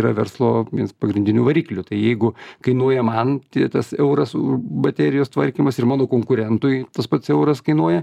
yra verslo viens pagrindinių variklių tai jeigu kainuoja man ti tas euras baterijos tvarkymas ir mano konkurentui tas pats euras kainuoja